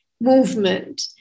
movement